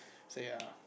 so ya